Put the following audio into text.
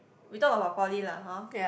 we talk about poly lah hor